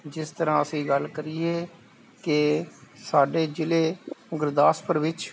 ਜਿਸ ਤਰ੍ਹਾਂ ਅਸੀਂ ਗੱਲ ਕਰੀਏ ਕਿ ਸਾਡੇ ਜ਼ਿਲ੍ਹੇ ਗੁਰਦਾਸਪੁਰ ਵਿੱਚ